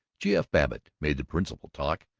g. f. babbitt made the principal talk.